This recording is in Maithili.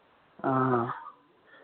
हँ